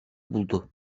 buldu